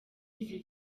izi